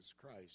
Christ